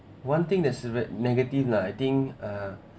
one thing that's ve~ negative lah I think uh